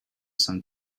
some